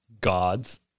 Gods